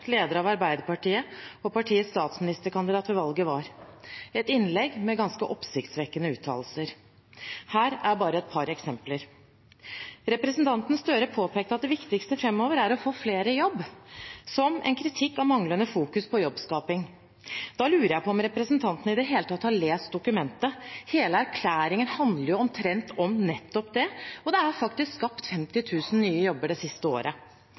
leder av Arbeiderpartiet og partiets statsministerkandidat ved valget, var. Det var et innlegg med ganske oppsiktsvekkende uttalelser. Her er bare et par eksempler: Representanten Gahr Støre påpekte at det viktigste framover er å få flere i jobb, som en kritikk av manglende fokus på jobbskaping. Da lurer jeg på om representanten i det hele tatt har lest dokumentet, for omtrent hele erklæringen handler jo om nettopp det, og det er faktisk skapt 50 000 nye jobber det siste året.